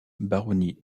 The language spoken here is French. baronnie